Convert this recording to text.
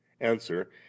Answer